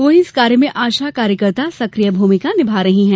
वहीं इस कार्य में आशा कार्यकर्ता सक्रिय भूमिका निभा रहीं हैं